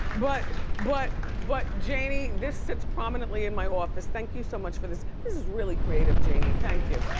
but but but janie, this sits prominently in my office. thank you so much for this. this is really creative, janie, thank you.